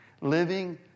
living